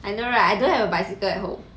I know right I don't have a bicycle at home